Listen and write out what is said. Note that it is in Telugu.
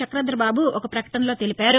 చక్రధరబాబు ఒక పకటలో తెలిపారు